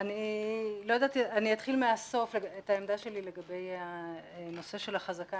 אני אתחיל מהסוף את העמדה שלי לגבי הנושא של החזקה,